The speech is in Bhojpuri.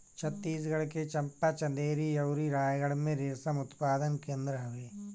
छतीसगढ़ के चंपा, चंदेरी अउरी रायगढ़ में रेशम उत्पादन केंद्र हवे